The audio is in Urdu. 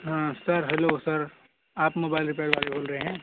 ہاں سر ہیلو سر آپ موبائل ریپیئر والے بول رہے ہیں